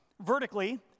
vertically